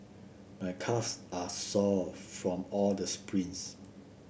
my calves are sore from all the sprints